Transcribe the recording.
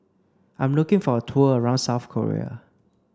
I'm looking for a tour around South Korea